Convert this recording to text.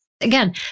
Again